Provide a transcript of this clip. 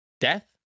death